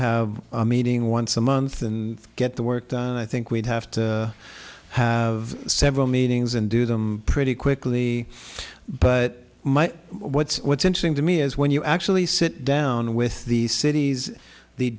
have a meeting once a month and get the work done and i think we'd have to have several meetings and do them pretty quickly but my what what's interesting to me is when you actually sit down with the cities the